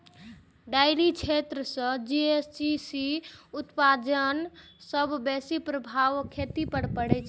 dairy क्षेत्र सं GHC उत्सर्जनक सबसं बेसी प्रभाव खेती पर पड़ै छै